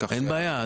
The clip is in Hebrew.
אין בעיה.